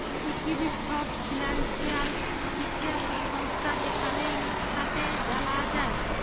পিথিবীর ছব financial system আর সংস্থা যেখালে ইকসাথে জালা যায়